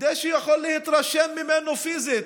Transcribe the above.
כדי שהוא יוכל להתרשם ממנו פיזית,